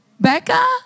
Becca